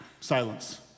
silence